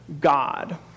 God